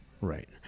Right